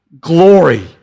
glory